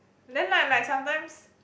then like like sometimes